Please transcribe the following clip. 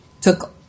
Took